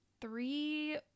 three